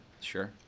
Sure